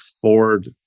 Ford